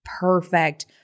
Perfect